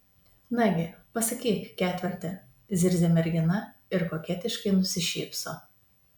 nagi pasakyk ketverte zirzia mergina ir koketiškai nusišypso